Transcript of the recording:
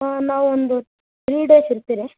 ನಾವೊಂದು three days ಇರ್ತೀರಿ